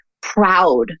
proud